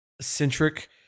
centric